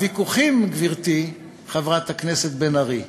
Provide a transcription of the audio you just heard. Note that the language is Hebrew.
הוויכוחים, גברתי חברת הכנסת בן ארי,